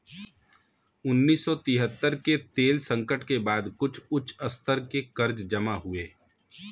उन्नीस सौ तिहत्तर के तेल संकट के बाद कुछ उच्च स्तर के कर्ज जमा हुए